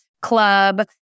club